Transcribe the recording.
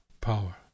power